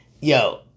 Yo